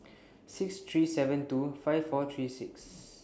six three seven two five four three six